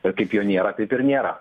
bet kaip jo nėra taip ir nėra